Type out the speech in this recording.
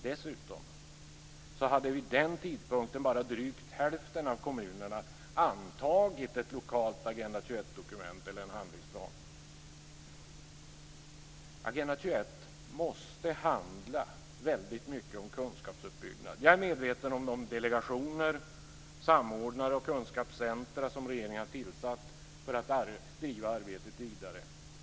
Dessutom hade vid den tidpunkten bara drygt hälften av kommunerna antagit ett lokalt Agenda 21 dokument eller en handlingsplan. Agenda 21 måste väldigt mycket handla om kunskapsuppbyggnad. Jag är medveten om de delegationer, samordnare och kunskapscentrum som regeringen har tillsatt för att driva arbetet vidare.